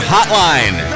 Hotline